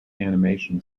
animation